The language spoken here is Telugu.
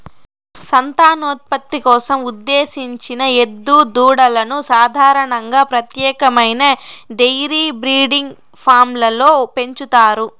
సంతానోత్పత్తి కోసం ఉద్దేశించిన ఎద్దు దూడలను సాధారణంగా ప్రత్యేకమైన డెయిరీ బ్రీడింగ్ ఫామ్లలో పెంచుతారు